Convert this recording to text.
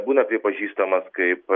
būna pripažįstamas kaip